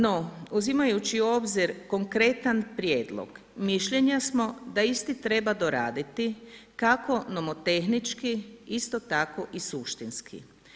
No uzimajući u obzir konkretan prijedlog, mišljenja smo da isti treba doraditi, kako nomotehnički, isto tako i suštinski.